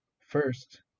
First